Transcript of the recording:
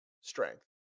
strength